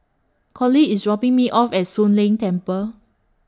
Collie IS dropping Me off At Soon Leng Temple